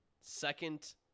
second